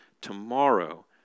Tomorrow